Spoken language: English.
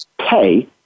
pay